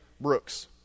Brooks